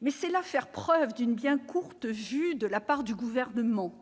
Mais c'est là faire preuve d'une bien courte vue de la part du Gouvernement.